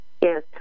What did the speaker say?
yes